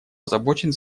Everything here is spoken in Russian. озабочен